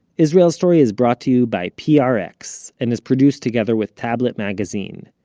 israel story is brought to you by prx and is produced together with tablet magazine.